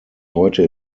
heute